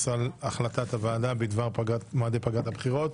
על החלטת הוועדה בדבר מועדי פגרת הבחירות.